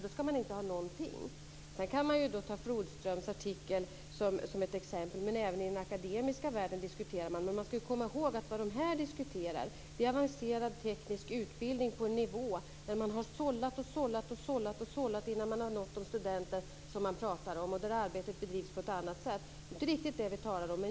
Då ska man ju inte ha någonting. Visst kan man ta Flodströms artikel som exempel; även i den akademiska världen diskuterar man detta. Men man ska komma ihåg att vad man där diskuterar är en avancerad teknisk utbildning på en nivå där man har sållat flera gånger innan man nått de studenter man pratar om. Arbetet bedrivs där på ett annat sätt. Det inte riktigt det vi talar om.